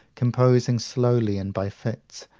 composing slowly and by fits,